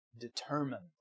determined